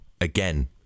again